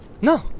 No